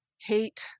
hate